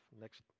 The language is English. next